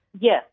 Yes